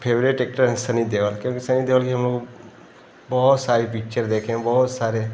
favourite actor हैं सनी देवल क्योंकि सनी देओल ही हम लोग बहुत सारी पिच्चर देखे हैं बहुत सारे